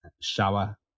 shower